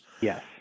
Yes